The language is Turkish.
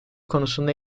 konusunda